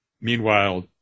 meanwhile